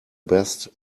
best